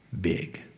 big